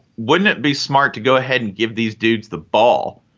wouldn't it be smart to go ahead and give these dudes the ball?